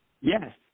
Yes